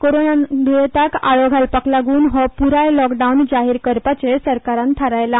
कोरोना द्येंताक आळो घालपाक लागून हो पुराय लॉकडावन जाहीर करपाचे सरकारान थारायला